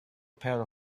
pair